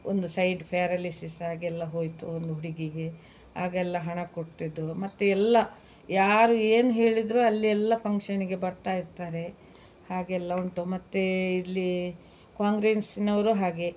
ಒಂದು side paralysis ಹಾಗೆಲ್ಲ ಹೋಯಿತು ಒಂದು ಹುಡುಗಿಗೆ ಹಾಗೆಲ್ಲ ಹಣ ಕೊಡ್ತಿದ್ದರು ಮತ್ತು ಎಲ್ಲ ಯಾರು ಏನು ಹೇಳಿದರು ಅಲ್ಲಿ ಎಲ್ಲ ಫಂಕ್ಷನ್ನಿಗೆ ಬರ್ತಾಯಿರ್ತಾರೆ ಹಾಗೆಲ್ಲ ಉಂಟು ಮತ್ತೆ ಇಲ್ಲಿ ಕಾಂಗ್ರೀನ್ಸ್ನವ್ರು ಹಾಗೆ